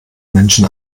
menschen